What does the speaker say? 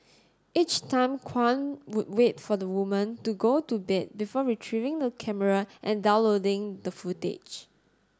each time Kwan would wait for the woman to go to bed before retrieving the camera and downloading the footage